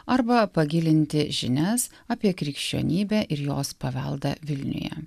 arba pagilinti žinias apie krikščionybę ir jos paveldą vilniuje